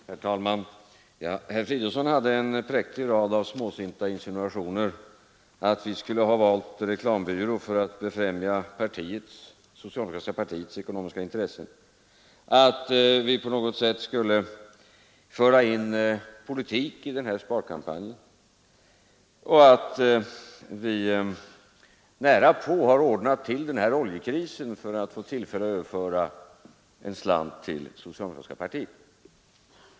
Herr talman! Herr Fridolfsson i Stockholm hade en präktig rad småsinta insinuationer: att vi skulle ha valt reklambyrå för att främja socialdemokratiska partiets ekonomiska intressen, att vi på något sätt skulle föra in politik i sparkampanjen och att vi närapå har ordnat till den = Nr 142 här oljekrisen för att få tillfälle att överföra en slant till det socialdemo Torsdagen den kratiska partiet.